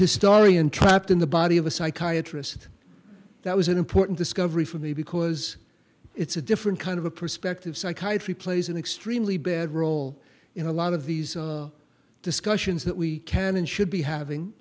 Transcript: historian trapped in the body of a psychiatrist that was an important discovery for me because it's a different kind of a perspective psychiatry plays an extremely bad role in a lot of these discussions that we can and should be having